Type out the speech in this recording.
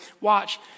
watch